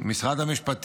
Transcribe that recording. משרד המשפטים,